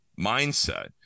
mindset